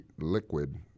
liquid